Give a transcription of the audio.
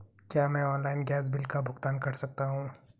क्या मैं online gas bill का भुगतान कर सकता हूँ?